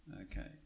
Okay